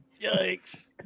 Yikes